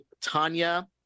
Tanya